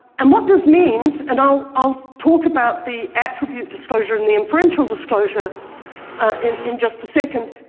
and what this means, and i'll i'll talk about the attribute disclosure and the inferential disclosure and in just a second.